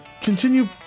continue